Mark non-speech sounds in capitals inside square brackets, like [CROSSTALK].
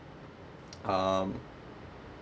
[NOISE] um